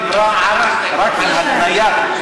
דיברה רק על התניה.